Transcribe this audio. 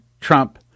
Trump